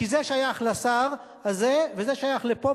כי זה שייך לשר הזה וזה שייך לפה.